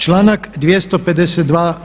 Članak 252.